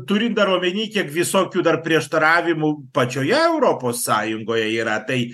turi dar omeny kiek visokių dar prieštaravimų pačioje europos sąjungoje yra tai